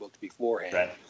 beforehand